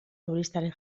turistaren